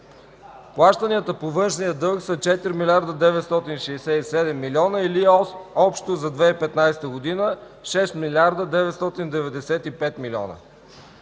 плащанията по външния дълг са 4 млрд. 967 милиона или общо за 2015 г. – 6 млрд. 995 милиона.